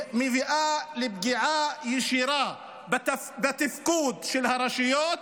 מביאה לפגיעה ישירה בתפקוד של הרשויות